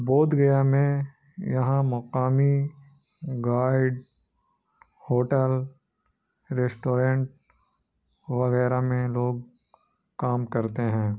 بودھ گیا میں یہاں مقامی گائیڈ ہوٹل ریسٹورینٹ وغیرہ میں لوگ کام کرتے ہیں